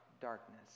darkness